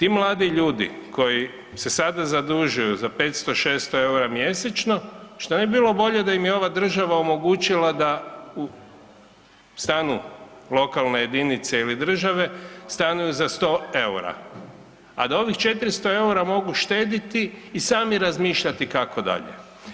I mladi ljudi koji se sada zadužuju za 500, 600 eura mjesečno, što ne bi bilo bolje da im je ova država omogućila da u stanu lokalne jedinice ili države, stanuju za 100 eura a da ovih 400 eura mogu štediti i sami razmišljati kako dalje?